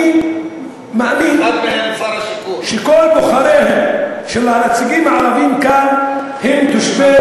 אני מאמין שכל בוחריהם של הנציגים הערבים כאן הם תושבי